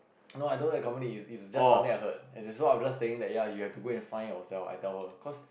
no I don't have a company it's it's just something I heard as in I am just saying that ya you have to go find yourself I tell her cause